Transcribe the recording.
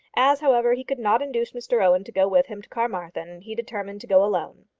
as, however, he could not induce mr owen to go with him to carmarthen, he determined to go alone.